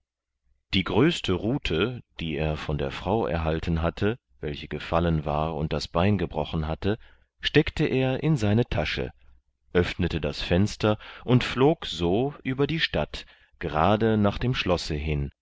die größte rute die er von der frau erhalten hatte welche gefallen war und das bein gebrochen hatte steckte er in seine tasche öffnete das fenster und flog so über die stadt gerade nach dem schlosse hin